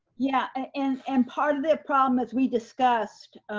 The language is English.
yeah and and part of the problem, as we discussed,